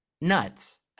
nuts